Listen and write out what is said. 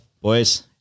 boys